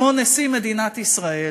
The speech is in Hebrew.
כמו נשיא מדינת ישראל,